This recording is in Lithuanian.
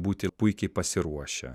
būti puikiai pasiruošę